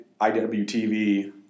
IWTV –